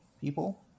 people